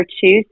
choose